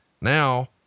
Now